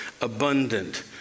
abundant